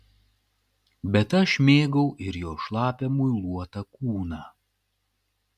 bet aš mėgau ir jos šlapią muiluotą kūną